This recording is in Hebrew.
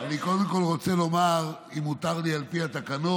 אני קודם כול רוצה לומר, אם מותר לי על פי התקנון,